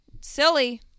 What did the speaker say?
silly